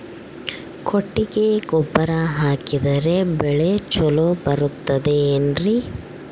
ಕೊಟ್ಟಿಗೆ ಗೊಬ್ಬರ ಹಾಕಿದರೆ ಬೆಳೆ ಚೊಲೊ ಬರುತ್ತದೆ ಏನ್ರಿ?